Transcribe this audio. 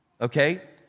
okay